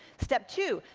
step two,